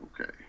Okay